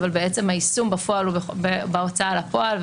אבל בעצם היישום בפועל הוא בהוצאה לפועל,